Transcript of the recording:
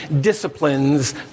disciplines